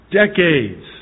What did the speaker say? decades